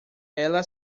ela